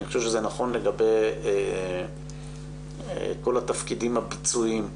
אני חושב שזה נכון לגבי כל התפקידים הביצועיים.